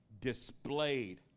displayed